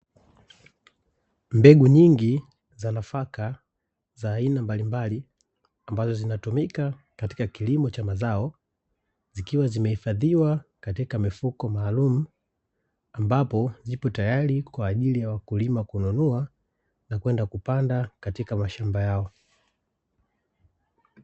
Mbegu nyingi za nafaka, za aina mbalimbali, ambazo zinatumika katika kilimo cha mazao. Zikiwa zimehifadhiwa katika mifuko maalumu ambapo, zipo tayari kwa ajili ya wakulima kununua, nakwenda kupanda katika mashamba yao.